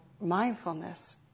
mindfulness